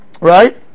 right